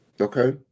Okay